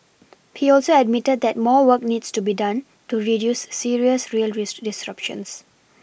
he also admitted that more work needs to be done to reduce serious rail disruptions